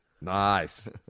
Nice